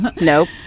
nope